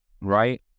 right